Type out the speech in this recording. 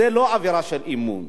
זה לא אווירה של אמון,